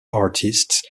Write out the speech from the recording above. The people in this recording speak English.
artists